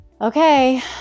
okay